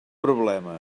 problema